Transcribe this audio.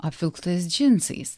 apvilktas džinsais